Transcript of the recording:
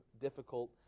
difficult